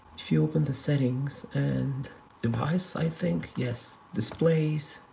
if you open the settings, and device, i think. yes. displays,